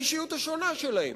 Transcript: האישיות השונה שלהם